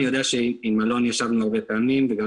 אני יודע שעם אלון ישבנו הרבה פעמים וגם